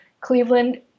Cleveland